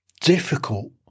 difficult